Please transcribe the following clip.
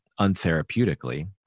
untherapeutically